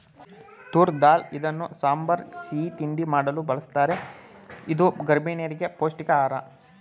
ತೂರ್ ದಾಲ್ ಇದನ್ನು ಸಾಂಬಾರ್, ಸಿಹಿ ತಿಂಡಿ ಮಾಡಲು ಬಳ್ಸತ್ತರೆ ಇದು ಗರ್ಭಿಣಿಯರಿಗೆ ಪೌಷ್ಟಿಕ ಆಹಾರ